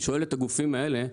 אני שואל את הגופים האלה,